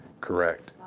Correct